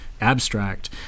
abstract